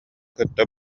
кытта